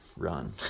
run